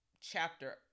chapter